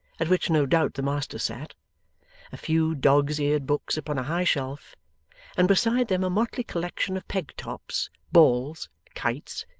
at which no doubt the master sat a few dog's-eared books upon a high shelf and beside them a motley collection of peg-tops, balls, kites,